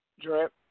drip